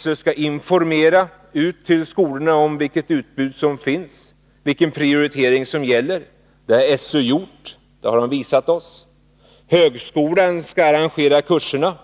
SÖ skall informera skolan om det utbud som finns och vilken prioritering som gäller. Det har SÖ gjort. Det har man visat oss. Högskolan skall arrangera kurserna.